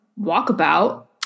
walkabout